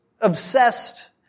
obsessed